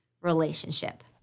relationship